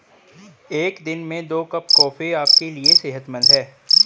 एक दिन में दो कप कॉफी आपके लिए सेहतमंद है